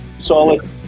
solid